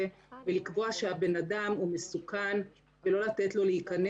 ולקבוע שהבן אדם הוא מסוכן ולא לתת לו להיכנס.